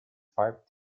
five